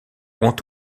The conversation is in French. ont